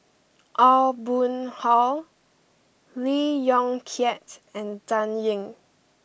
Aw Boon Haw Lee Yong Kiat and Dan Ying